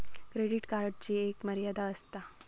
credit कार्डची एक मर्यादा आसता